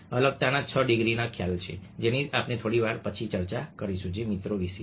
અલગતાના છ ડિગ્રીનો ખ્યાલ છે જેની આપણે થોડી વાર પછી ચર્ચા કરીશું જે મિત્રો વિશે છે